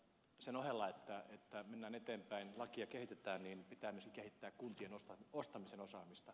sen ohella että mennään eteenpäin lakia kehitetään pitää myöskin kehittää kuntien ostamisen osaamista